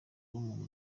album